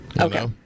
Okay